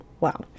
Wow